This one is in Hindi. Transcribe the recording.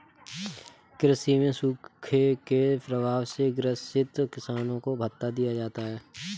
कृषि में सूखे के प्रभाव से ग्रसित किसानों को भत्ता दिया जाता है